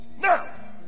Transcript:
now